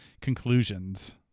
conclusions